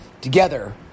Together